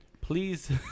Please